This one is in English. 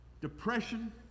depression